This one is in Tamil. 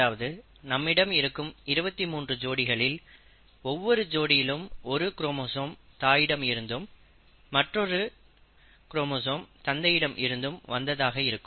அதாவது நம்மிடம் இருக்கும் 23 ஜோடிகளில் ஒவ்வொரு ஜோடியிலும் ஒரு குரோமோசோம் தாயிடம் இருந்தும் மற்றொன்று தந்தையிடம் இருந்தும் வந்ததாக இருக்கும்